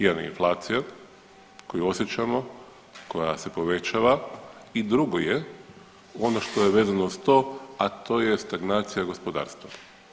Jedan je inflacija koju osjećamo, koja se povećava i drugo je ono što je vezano uz to, a to je stagnacija gospodarstva.